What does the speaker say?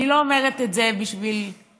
אני לא אומרת את זה בשביל המליצה,